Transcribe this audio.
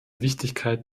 wichtigkeit